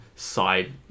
side